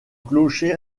clocher